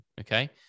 okay